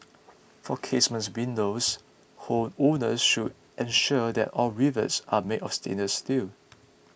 for casement windows homeowners should ensure that all rivets are made of stainless steel